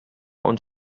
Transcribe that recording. und